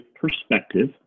perspective